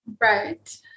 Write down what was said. Right